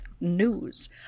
news